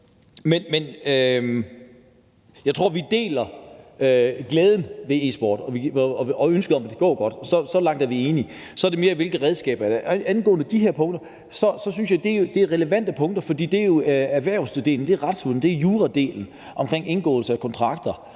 Jeg tror, vi deler glæden ved e-sport og ønsket om, at det går godt. Så langt er vi enige. Så handler det mere om hvilke redskaber. Angående de her punkter synes jeg, at det er relevante punkter, for det er jo erhvervsdelen, retsdelen, juradelen omkring indgåelse af kontrakter